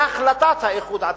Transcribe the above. בהחלטת האיחוד עצמה,